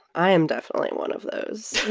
i am definitely one of those.